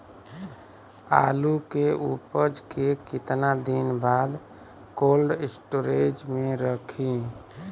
आलू के उपज के कितना दिन बाद कोल्ड स्टोरेज मे रखी?